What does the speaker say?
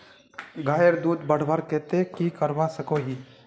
गायेर दूध बढ़वार केते की करवा सकोहो ही?